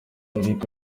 eric